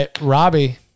Robbie